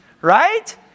right